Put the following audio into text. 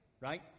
right